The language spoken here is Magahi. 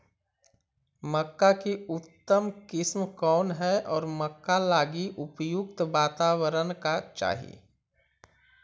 मक्का की उतम किस्म कौन है और मक्का लागि उपयुक्त बाताबरण का चाही?